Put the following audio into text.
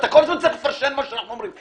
אתה כל הזמן צריך לפרשן מה שאנחנו אומרים.